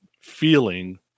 feeling